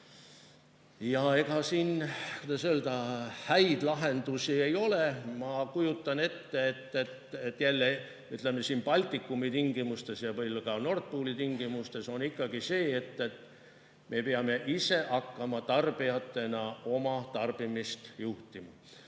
Ja ega siin häid lahendusi ei ole. Ma kujutan ette, et siin Baltikumi tingimustes ja ka Nord Pooli tingimustes on ikkagi nii, et me peame ise hakkama tarbijatena oma tarbimist juhtima.